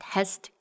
Test